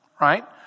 right